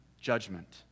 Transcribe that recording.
judgment